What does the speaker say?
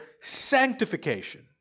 sanctification